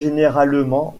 généralement